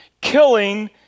killing